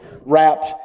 wrapped